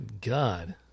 god